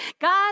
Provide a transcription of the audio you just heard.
God